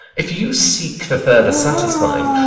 if you seek for further satisfying,